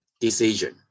decision